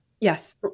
Yes